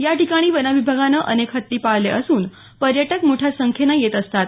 या ठिकाणी वनविभागानं अनेक हत्ती पाळले असून पर्यटक मोठ्या संख्येनं येत असतात